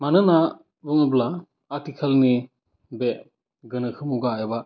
मानोना बुङोब्ला आथिखालनि बे गोनोखो मुगा एबा